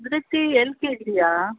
Dhriti L K Zia